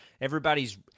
Everybody's